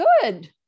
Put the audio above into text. Good